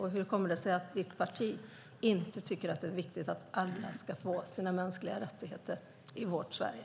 Hur kommer det sig att ditt parti inte tycker att det är viktigt att alla ska få tillgodogöra sig sina mänskliga rättigheter i vårt Sverige?